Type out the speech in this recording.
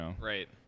Right